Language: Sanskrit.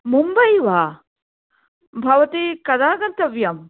मुम्बै वा भवती कदा गन्तव्यं